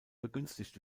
begünstigt